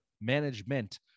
management